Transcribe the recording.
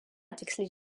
tiksliai